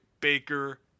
Baker